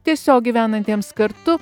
tiesiog gyvenantiems kartu